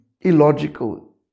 illogical